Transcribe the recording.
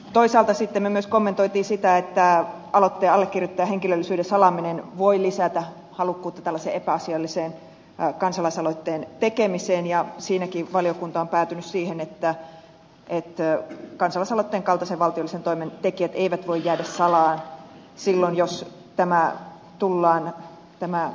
toisaalta me myös kommentoimme sitä että aloitteen allekirjoittajan henkilöllisyyden salaaminen voi lisätä halukkuutta tällaiseen epäasialliseen kansalaisaloitteen tekemiseen ja siinäkin valiokunta on päätynyt siihen että kansalaisaloitteen kaltaisen valtiollisen toimen tekijät eivät voi jäädä salaan silloin jos tämä aloite tullaan tämän